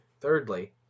thirdly